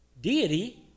deity